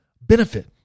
benefit